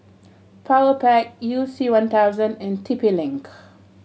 Powerpac You C One thousand and T P Link